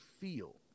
feel